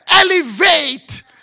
elevate